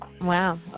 Wow